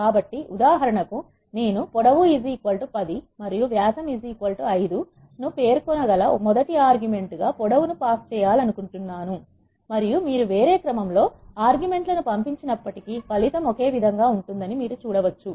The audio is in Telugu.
కాబట్టి ఉదాహరణకు నేను పొడవు పొడవు10 మరియు వ్యాసము5 ను పేర్కొన గల మొదటి ఆర్గ్యుమెంట్ గా పొడవు ను పాస్ చేయాలనుకుంటున్నాను మరియు మీరు వేరే క్రమం లో ఆర్గ్యుమెంట్ లను పంపించినప్పటికీ ఫలితం ఒకే విధంగా ఉంటుందని మీరు చూడవచ్చు